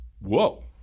whoa